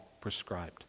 prescribed